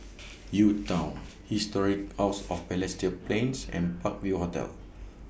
U Town Historic House of Balestier Plains and Park View Hotel